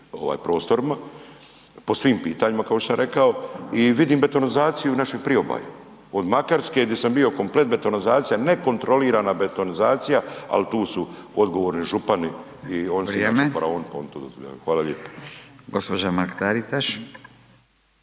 prostorima, po svim pitanjima kao što sam rekao i vidim betonizaciju našeg priobalja, od Makarske di sam bio, komplet betonizacija, nekontrolirana betonizacija ali tu su odgovorni župani i … …/Upadica